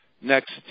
next